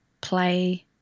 play